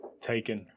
Taken